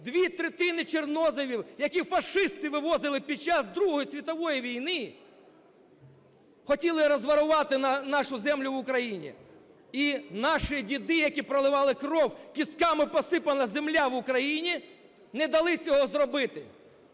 Дві третини чорноземів, які фашисти вивозили під час Другої світової війни, хотіли розворовать нашу землю в Україні. І наші діди, які проливали кров, кістками посипана земля в Україні, не дали цього зробити.